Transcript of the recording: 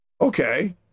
okay